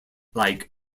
like